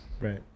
right